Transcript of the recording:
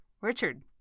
Richard